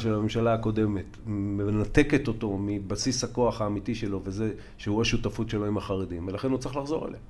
של הממשלה הקודמת, מנתקת אותו מבסיס הכוח האמיתי שלו וזה שהוא השותפות שלו עם החרדים, ולכן הוא צריך לחזור אליהם.